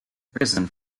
prison